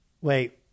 wait